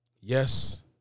Yes